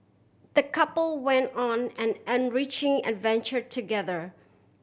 the couple went on an enriching adventure together